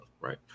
Right